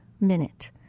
minute